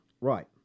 Right